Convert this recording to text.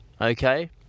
okay